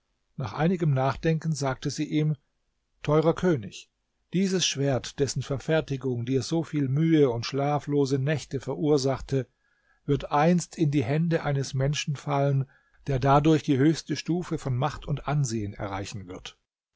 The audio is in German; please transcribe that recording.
nach einigem nachdenken sagte sie ihm teurer könig dieses schwert dessen verfertigung dir so viel mühe und schlaflose nächte verursachte wird einst in die hände eines menschen fallen der dadurch die höchste stufe von macht und ansehen erreichen wird